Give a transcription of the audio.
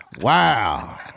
Wow